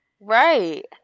Right